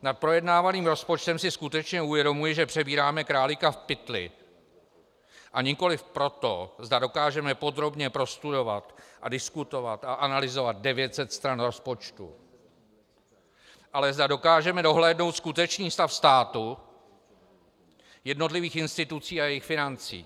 Nad projednávaným rozpočtem si skutečně uvědomuji, že přebíráme králíka v pytli, a nikoliv proto, zda dokážeme podrobně prostudovat a diskutovat a analyzovat 900 stran rozpočtu, ale zda dokážeme dohlédnout skutečný stav státu, jednotlivých institucí a jejich financí.